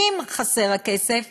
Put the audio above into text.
ואם חסר הכסף,